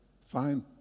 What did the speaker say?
fine